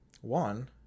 one